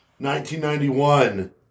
1991